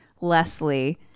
leslie